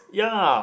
ya